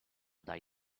dai